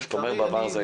כשאתה אומר בעבר זה היה?